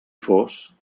fos